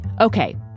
Okay